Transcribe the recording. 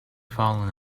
fallen